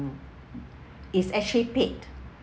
is actually paid